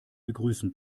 begrüßen